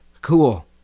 cool